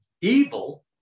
evil